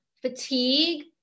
fatigue